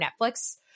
Netflix